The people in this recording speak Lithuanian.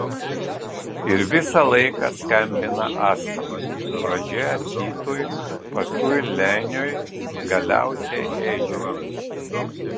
ir visą laiką skambina astra pradžioje titui paskui leniui galiausiai edžiui